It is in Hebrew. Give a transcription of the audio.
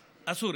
אסור.